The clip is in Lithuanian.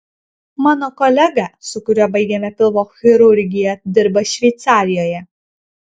mano kolega su kuriuo baigėme pilvo chirurgiją dirba šveicarijoje